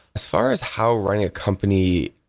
as far as how running a company,